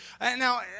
Now